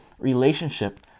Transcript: relationship